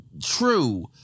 true